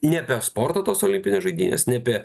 nebe sporto tos olimpinės žaidynės nebe